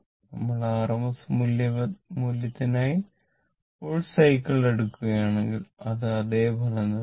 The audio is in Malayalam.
നമ്മൾ RMS മൂല്യത്തിനായി ഫുൾ സൈക്കിൾ എടുക്കുകയാണെങ്കിൽ അത് അതേ ഫലം നൽകും